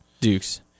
Dukes